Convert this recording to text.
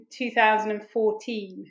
2014